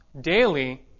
daily